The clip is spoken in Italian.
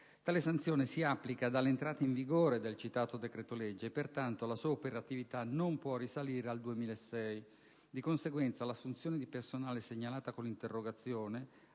Tale sanzione si applica dall'entrata in vigore del citato decreto-legge e, pertanto, la sua operatività non può risalire all'anno 2006. Di conseguenza, l'assunzione di personale (avvenuta nell'agosto